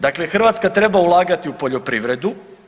Dakle Hrvatska treba ulagati u poljoprivredu.